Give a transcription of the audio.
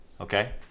Okay